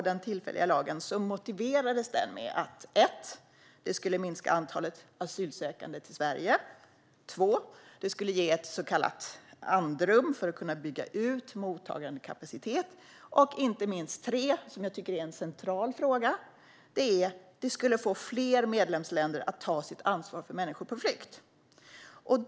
Den tillfälliga lagen motiverades med att 1) den skulle minska antalet asylsökande till Sverige, 2) den skulle ge ett så kallat andrum för att kunna bygga ut mottagandekapaciteten och, inte minst och en central fråga, 3) den skulle få fler medlemsländer att ta sitt ansvar för människor på flykt.